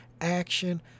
action